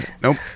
nope